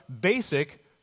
basic